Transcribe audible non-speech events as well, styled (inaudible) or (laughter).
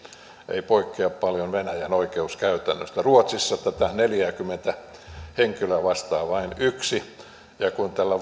ei poikkea paljon venäjän oikeuskäytännöstä ruotsissa näitä neljääkymmentä henkilöä vastaa vain yksi ja kun tällä (unintelligible)